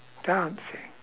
dancing